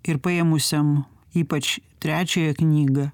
ir paėmusiam ypač trečiąją knygą